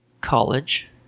college